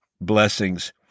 blessings